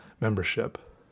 membership